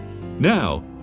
Now